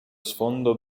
sfondo